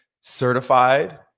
certified